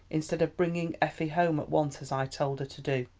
instead of bringing effie home at once, as i told her to do.